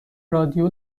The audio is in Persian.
رادیو